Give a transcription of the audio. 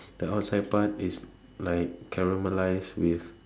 the outside part is like caramelize with